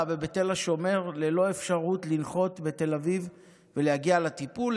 ובתל השומר ללא אפשרות לנחות בתל אביב ולהגיע לטיפול.